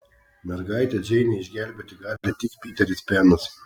mergaitę džeinę išgelbėti gali tik piteris penas